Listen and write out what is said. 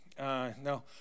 No